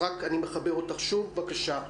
בבקשה.